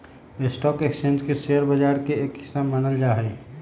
stock exchange के share बाजार के एक हिस्सा मानल जा हई